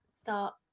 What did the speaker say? start